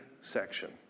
section